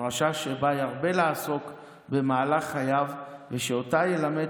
פרשה שבה ירבה לעסוק במהלך חייו ושאותה ילמד